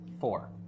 Four